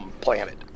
planet